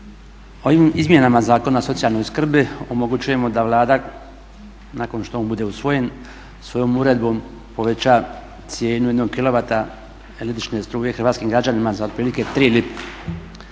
Ovim izmjenama Zakona o socijalnoj skrbi omogućujemo da Vlada nakon što on bude usvojen svojom uredbom poveća cijenu jednog kilovata električne struje hrvatskim građanima za otprilike 3 lipe.